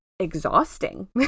exhausting